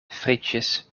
frietjes